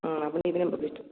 অ' আপুনি এইপিনে বশিষ্ট